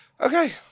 Okay